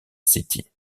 city